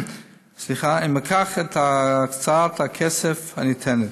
ומכך, את הקצאת הכסף הניתנת.